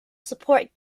support